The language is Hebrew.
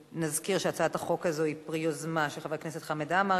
נזכיר שהצעת החוק הזאת היא פרי יוזמה של חברי הכנסת חמד עמאר,